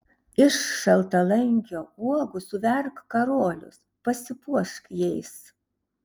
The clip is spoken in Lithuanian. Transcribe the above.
iš šaltalankio uogų suverk karolius pasipuošk jais